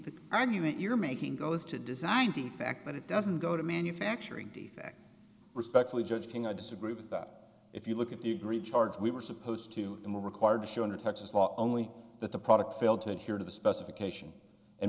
the argument you're making goes to design defect but it doesn't go to manufacturing defect respectfully judge king i disagree with that if you look at the recharge we were supposed to in the required show under texas law only that the product failed to adhere to the specifications and